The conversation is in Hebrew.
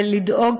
ולדאוג,